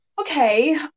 Okay